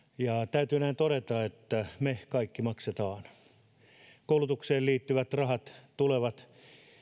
että me kaikki maksamme koulutukseen liittyvät rahat tulevat